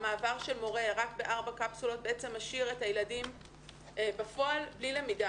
המעבר של מורה עד ארבע קפסולות בעצם משאיר את הילדים בפועל בלי למידה.